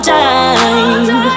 time